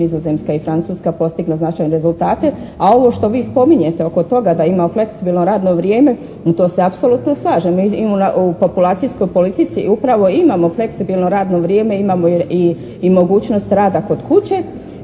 Nizozemska i Francuska, postigle značajne rezultate. A ovo što vi spominjete oko toga da ima fleksibilno radno vrijeme, to se apsolutno slažem i u populacijskoj politici upravo imamo fleksibilno radno vrijeme, imamo i mogućnost rada kod kuće